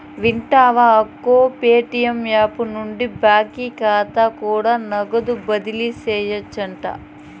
వింటివా అక్కో, Paytm app నుండి బాకీ కాతా కూడా నగదు బదిలీ సేయొచ్చంట